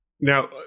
Now